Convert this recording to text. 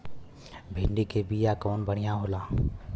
भिंडी के बिया कवन बढ़ियां होला?